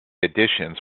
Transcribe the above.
editions